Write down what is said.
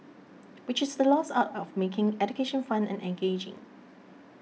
which is the lost art of making education fun and engaging